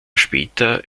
später